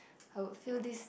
I would feel this